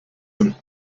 him